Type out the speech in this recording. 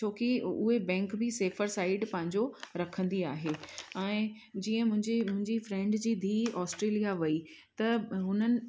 छो की उहे बैंक बि सेफ़र साइड पंहिंजो रखंदी आहे ऐं जीअं मुंहिंजे मुंहिंजी फ्रेंड जी धीअ ऑस्ट्रेलिया वेई त बि उन्हनि